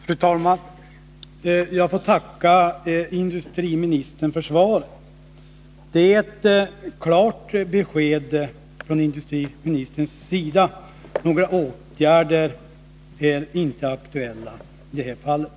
Fru talman! Jag får tacka industriministern för svaret. Det är ett klart besked från industriministerns sida — några åtgärder är inte aktuella i det här fallet.